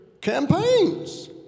campaigns